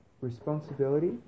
Responsibility